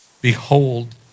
Behold